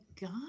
god